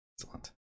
Excellent